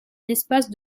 espace